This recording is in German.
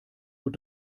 uhr